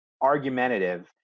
argumentative